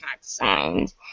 signed